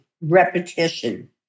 repetition